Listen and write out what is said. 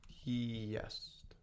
Yes